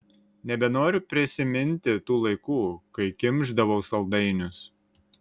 nebenoriu prisiminti tų laikų kai kimšdavau saldainius